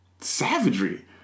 Savagery